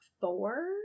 four